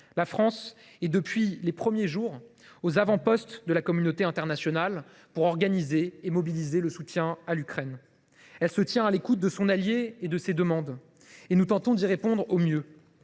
La France est depuis les premiers jours aux avant postes de la communauté internationale pour organiser et mobiliser le soutien à l’Ukraine. Elle se tient à l’écoute des demandes de son allié et tente d’y répondre au mieux.